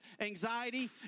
anxiety